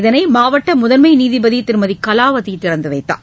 இதனை மாவட்ட முதன்மை நீதிபதி திருமதி கலாவதி திறந்துவைத்தார்